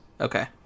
Okay